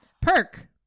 perk